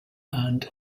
and